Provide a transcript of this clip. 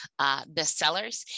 bestsellers